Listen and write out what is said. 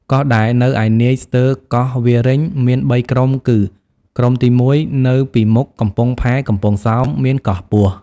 កោះដែលនៅឯនាយស្ទើរកោះវាលរេញ មាន ៣ ក្រុមគឺ ក្រុមទីមួយ នៅពីមុខកំពង់ផែកំពង់សោម មានកោះពស់ ។